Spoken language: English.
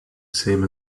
same